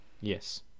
yes